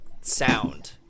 sound